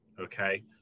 Okay